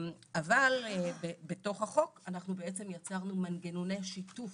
אבל, בתוך החוק אנחנו בעצם יצרנו מנגנוני שיתוף